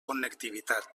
connectivitat